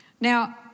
Now